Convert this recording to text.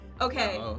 Okay